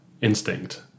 instinct